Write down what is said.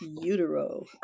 utero